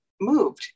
moved